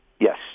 Yes